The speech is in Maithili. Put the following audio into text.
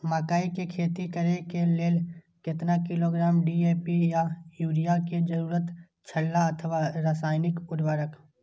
मकैय के खेती करे के लेल केतना किलोग्राम डी.ए.पी या युरिया के जरूरत छला अथवा रसायनिक उर्वरक?